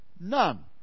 None